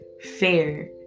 fair